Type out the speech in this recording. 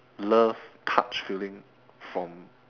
love touch feeling from